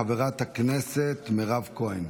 חברת הכנסת מירב כהן.